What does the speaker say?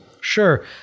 Sure